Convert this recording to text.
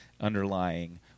underlying